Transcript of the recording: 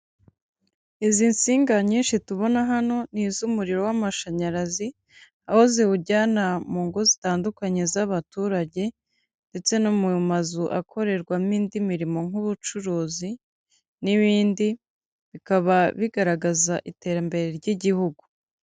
Izi nsinga nyinshi tubona hano ni iz'umuriro w'amashanyarazi aho ziwujyana mu ngo zitandukanye z'abaturage ndetse no mu mazu akorerwamo indi mirimo nk'ubucuruzi n'ibindi, bikaba bigaragaza iterambere ry'igihugu.